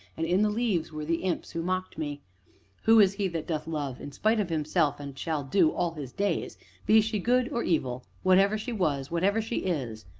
and in the leaves were the imps who mocked me who is he that doth love in despite of himself, and shall do, all his days be she good or evil, whatever she was, whatever she is?